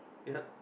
ya